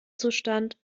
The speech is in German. zustand